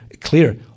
clear